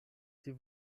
sie